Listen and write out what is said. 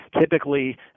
Typically